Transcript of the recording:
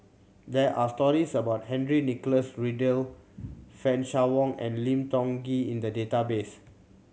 there are stories about Henry Nicholas Ridley Fan Shao Hua and Lim Tiong Ghee in the database